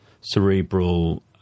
cerebral